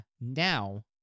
now